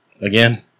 again